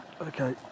Okay